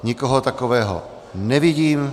Nikoho takového nevidím.